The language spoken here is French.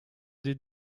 des